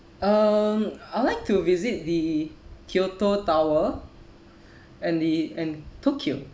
um I would like to visit the kyoto tower and the and tokyo